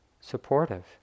supportive